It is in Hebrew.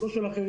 לא של אחרים.